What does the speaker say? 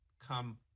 come